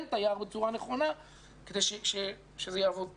את היער בצורה נכונה כדי שזה יעבוד טוב.